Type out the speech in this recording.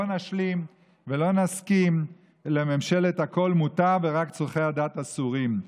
לא נשלים ולא נסכים לממשלת: הכול מותר ורק צורכי הדת אסורים.